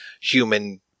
human